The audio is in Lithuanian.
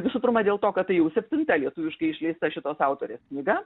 visų pirma dėl to kad tai jau septinta lietuviškai išleista šitos autorės knyga